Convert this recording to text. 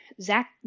Zach